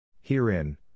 Herein